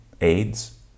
AIDS